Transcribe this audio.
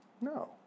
No